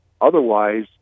Otherwise